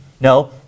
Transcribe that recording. No